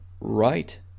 right